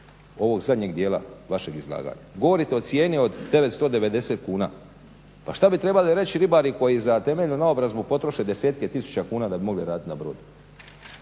ovog zadnjeg dijela vašeg izlaganja. Govorite o cijeni od 990 kuna, pa šta bi trebali reći ribari koji za temeljnu naobrazbu potroše desetke tisuća kuna da bi mogli raditi na brodu